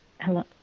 hello